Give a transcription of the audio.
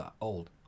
old